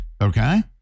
okay